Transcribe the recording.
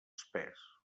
espés